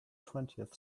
twentieth